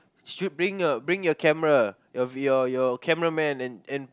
should bring your camera your your your camera man and and